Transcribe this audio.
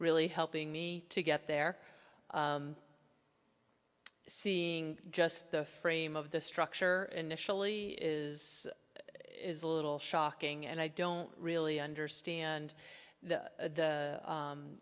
really helping me to get there seeing just the frame of the structure initially is a little shocking and i don't really understand the